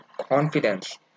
confidence